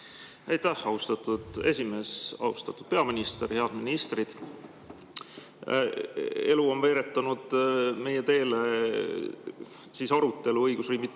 Aitäh, austatud esimees! Austatud peaminister! Head ministrid! Elu on veeretanud meie teele arutelu õigusriigi